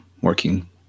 working